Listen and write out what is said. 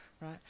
right